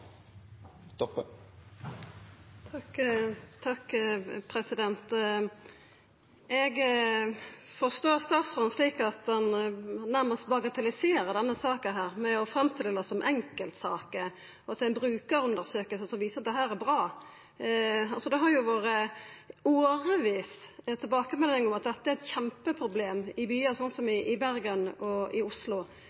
Eg forstår statsråden slik at han nærmast bagatelliserer denne saka ved å framstilla det som enkeltsaker, og at ei brukarundersøking viser at dette er bra. Det har kome tilbakemeldingar i årevis om at dette har vore eit kjempeproblem i byar, slik som i